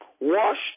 washed